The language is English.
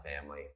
family